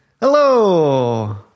Hello